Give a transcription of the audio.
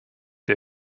der